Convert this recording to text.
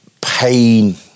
pain